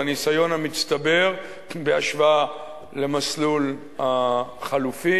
והניסיון המצטבר בהשוואה למסלול החלופי